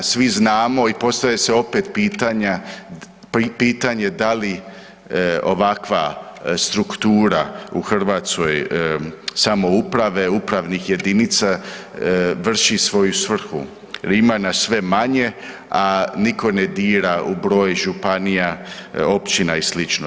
Svi znamo i postavlja se opet pitanje, da li ovakva struktura u Hrvatskoj samouprave, upravnih jedinica vrši svoju svrhu jer ima nas sve manje, a niko ne dira u broj županija, općina i sl.